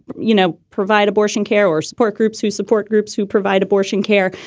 you know, provide abortion care or support groups who support groups who provide abortion care.